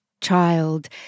child